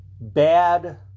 bad